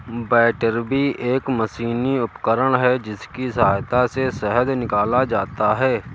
बैटरबी एक मशीनी उपकरण है जिसकी सहायता से शहद निकाला जाता है